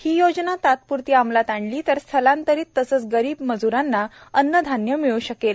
ही योजना तात्प्रती अमलात आणली तर स्थलांतरित तसेच गरीब मजूरांना अन्नधान्य मिळू शकेल